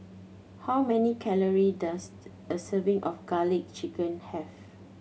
how many calory does a serving of Garlic Chicken have